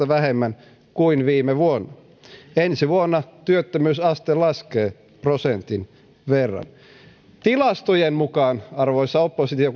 vähemmän kuin viime vuonna ensi vuonna työttömyysaste laskee prosentin verran tilastojen mukaan arvoisa oppositio